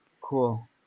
Cool